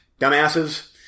dumbasses